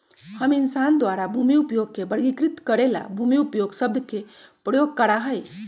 हम इंसान द्वारा भूमि उपयोग के वर्गीकृत करे ला भूमि उपयोग शब्द के उपयोग करा हई